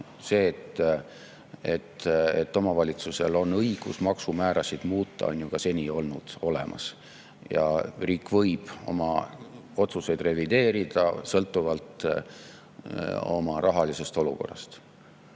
See, et omavalitsusel on õigus maksumäärasid muuta, on ju ka seni olemas olnud. Riik võib oma otsuseid revideerida sõltuvalt oma rahalisest olukorrast,